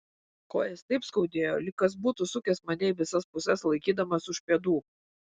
kojas taip skaudėjo lyg kas būtų sukęs mane į visas puses laikydamas už pėdų